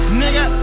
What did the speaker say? nigga